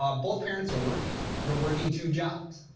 um both parents are working. they're working two jobs.